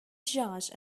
judge